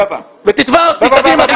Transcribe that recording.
ותתבע אותי, קדימה.